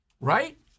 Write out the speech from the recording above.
Right